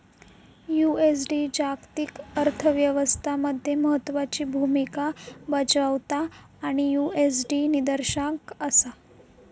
USD जागतिक अर्थ व्यवस्था मध्ये महत्त्वाची भूमिका बजावता आणि यु.एस.डी निर्देशांक असा